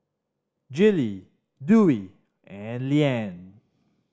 Gillie Dewey and Leann